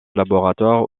laboratoire